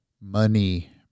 money